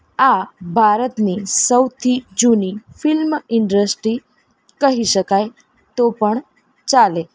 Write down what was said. આ ભારતની સૌથી જૂની ફિલ્મ ઇન્ડસ્ટ્રી કહી શકાય તો પણ ચાલે